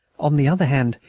on the other hand,